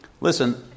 Listen